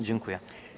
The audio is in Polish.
Dziękuję.